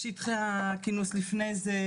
בשטחי הכינוס לפני זה,